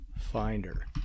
finder